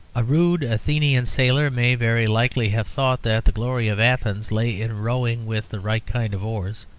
a rude athenian sailor may very likely have thought that the glory of athens lay in rowing with the right kind of oars,